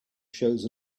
shows